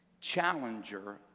Challenger